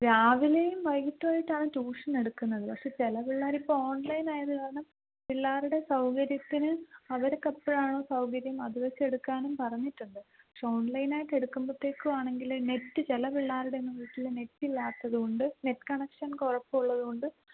രാവിലെയും വൈകിട്ടുമായിട്ടാണ് ട്യൂഷൻ എടുക്കുന്നത് പക്ഷേ ചില പിള്ളേർ ഇപ്പം ഓണ്ലൈൻ ആയത് കാരണം പിള്ളേരുടെ സൗകര്യത്തിന് അവര്ക്ക് എപ്പോഴാണോ സൗകര്യം അത് വെച്ച് എടുക്കാനും പറഞ്ഞിട്ടുണ്ട് പക്ഷേ ഓണ്ലൈൻ ആയിട്ട് എടുക്കുമ്പോഴത്തേക്കും ആണെങ്കിൽ നെറ്റ് ചില പിള്ളേരുടെ ഒന്നും വീട്ടിൽ നെറ്റ് ഇല്ലാത്തതുകൊണ്ട് നെറ്റ് കണക്ഷന് കുഴപ്പം ഉള്ളതുകൊണ്ട്